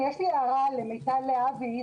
יש לי הערה למיטל להבי,